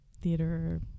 theater